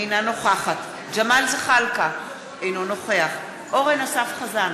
אינה נוכחת ג'מאל זחאלקה, אינו נוכח אורן אסף חזן,